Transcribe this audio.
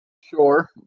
sure